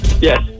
Yes